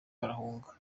barahunga